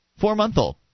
Four-month-old